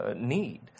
need